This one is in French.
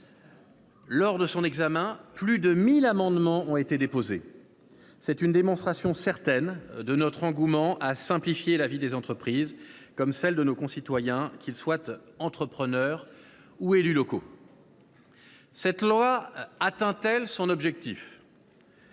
Lors de l’examen du texte, plus de 1 000 amendements ont été déposés. C’est une démonstration certaine de notre engouement à simplifier la vie des entreprises comme celle de nos concitoyens, qu’ils soient entrepreneurs ou élus locaux. Ce texte atteint il son objectif ?